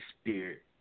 spirit